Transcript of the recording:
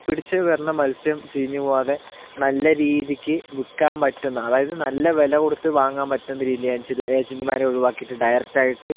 പിടിച്ചു വന്ന മത്സ്യം ചീഞ്ഞ് പോകാതെ നല്ല രീതിക്ക് വിൽക്കാൻ പറ്റുന്ന അതായത് നല്ല വില കൊടുത്ത് വാങ്ങാൻ പറ്റുന്ന രീതിയിൽ ഏജന്റ് ഏജന്റുമാരെ ഒഴിവാക്കിയിട്ട് ഡയറക്റ്റ് ആയിട്ട്